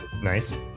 Nice